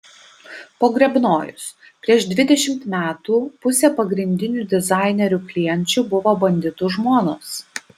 pogrebnojus prieš dvidešimt metų pusė pagrindinių dizainerių klienčių buvo banditų žmonos